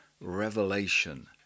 revelation